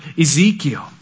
Ezekiel